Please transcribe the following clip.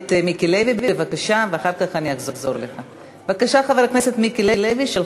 בבקשה, חבר הכנסת מיקי לוי.